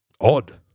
odd